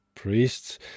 priests